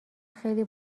خیلی